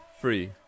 Free